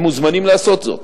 הם מוזמנים לעשות זאת.